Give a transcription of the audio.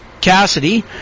Cassidy